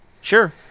Sure